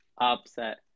Upset